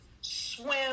swim